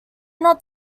not